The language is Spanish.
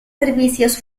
servicios